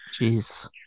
Jeez